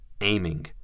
aiming